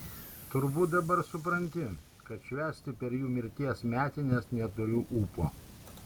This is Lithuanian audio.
turbūt dabar supranti kad švęsti per jų mirties metines neturiu ūpo